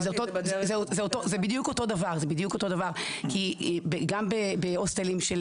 זה בדיוק אותו דבר כי גם בהוסטלים של